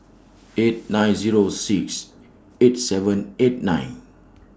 eight nine Zero six eight seven eight nine